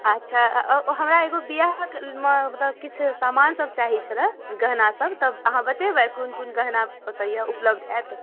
अच्छा हमरा एगो बिआहकेमे मतलब किछु समानसब चाही छलै गहनासब तऽ अहाँ बतेबै कोन कोन गहना ओतऽ अइ उपलब्ध हैत